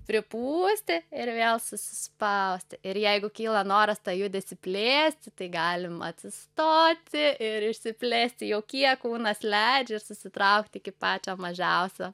pripūsti ir vėl susispausti ir jeigu kyla noras tą judesį plėsti tai galim atsistoti ir išsiplėsti jau kiek kūnas leidžia susitraukti iki pačio mažiausio